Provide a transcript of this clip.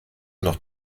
noch